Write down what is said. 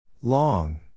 Long